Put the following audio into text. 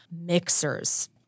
mixers